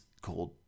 called